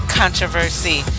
controversy